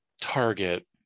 target